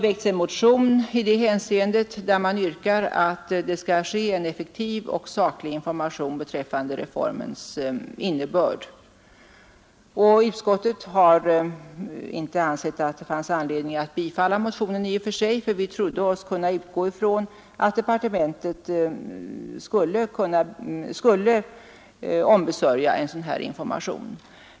I en motion yrkas på en effektiv och saklig information beträffande reformens innebörd. Utskottet har inte ansett att det i och för sig funnits anledning att tillstyrka motionen. Vi trodde oss kunna utgå ifrån att departementet skulle ombesörja erforderlig information.